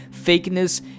fakeness